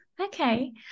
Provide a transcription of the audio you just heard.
Okay